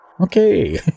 Okay